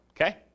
okay